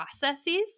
processes